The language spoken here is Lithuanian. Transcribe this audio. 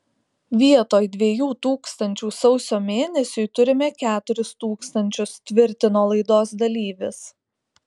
vietoj dviejų tūkstančių sausio mėnesiui turime keturis tūkstančius tvirtino laidos dalyvis